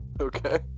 Okay